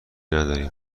نداریم